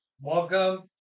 Welcome